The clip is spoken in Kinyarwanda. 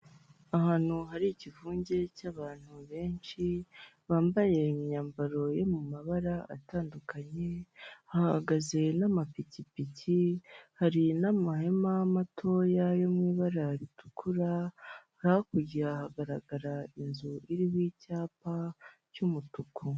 Ahantu hari ikivunge cy'abantu benshi, bambaye imyambaro yo mu mabara atandukanye, hahagaze n'amapikipiki, hari n'amahema matoya yo mu ibara ritukura, hakurya hagaragara inzu iriho icyapa cy'umutuku.